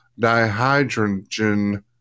dihydrogen